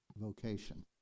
vocation